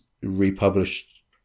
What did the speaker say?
republished